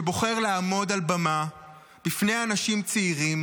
שבוחר לעמוד על במה לפני אנשים צעירים